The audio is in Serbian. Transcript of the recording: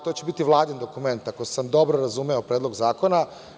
To će biti Vladin dokument, ako sam dobro razumeo predlog zakona.